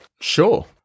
Sure